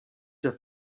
der